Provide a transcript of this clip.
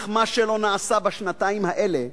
אך מה שלא נעשה בשנתיים האלה,